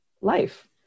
life